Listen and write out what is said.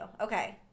Okay